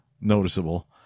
noticeable